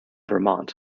vermont